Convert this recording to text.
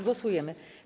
Głosujemy.